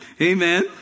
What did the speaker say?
Amen